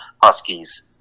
Huskies